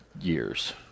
years